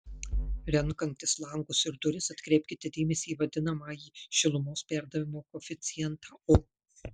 renkantis langus ir duris atkreipkite dėmesį į vadinamąjį šilumos perdavimo koeficientą u